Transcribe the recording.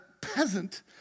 peasant